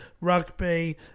rugby